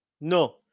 No